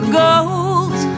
gold